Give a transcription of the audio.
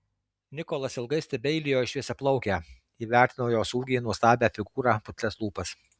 nikolas ilgai stebeilijo į šviesiaplaukę įvertino jos ūgį nuostabią figūrą putlias lūpas